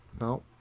no